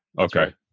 Okay